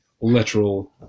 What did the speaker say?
literal